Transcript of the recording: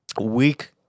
week